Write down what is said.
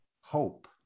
hope